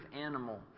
animal